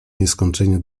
nieskończenie